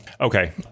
Okay